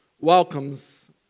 welcomes